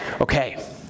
Okay